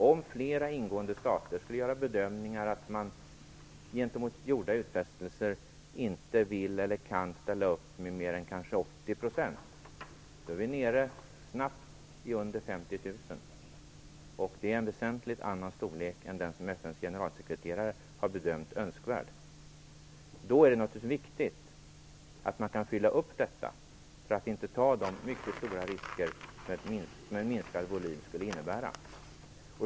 Om flera ingående stater skulle göra bedömningar att man gentemot gjorda utfästelser inte vill eller kan ställa upp med mer än kanske 80 % är vi snabbt nere i under 50 000. Det är en väsentligt annan storlek än den som FN:s generalsekreterare har bedömt önskvärd. Då är det naturligtvis viktigt att man kan fylla upp, för att inte ta de mycket stora risker som en minskad volym skulle innebära.